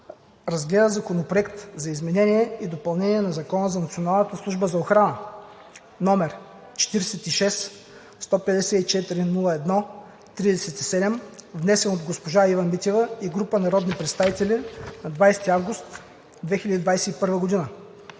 разгледа Законопроект за изменение и допълнение на Закона за Националната служба за охрана, № 46-154-01-37, внесен от Ива Митева и група народни представители на 20 август 2021 г.